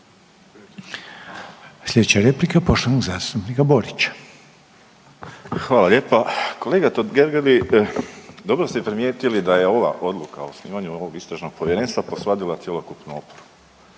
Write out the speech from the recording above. Slijedeća replika poštovanog zastupnika Borića. **Borić, Josip (HDZ)** Hvala lijepa. Kolege Totgergeli dobro ste primijetili da je ova odluka o osnivanju ovog istražnog povjerenstva posvadila cjelokupnu oporbu.